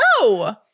No